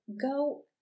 go